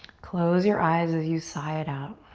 close your eyes as you sigh it out.